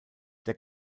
der